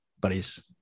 buddies